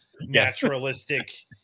naturalistic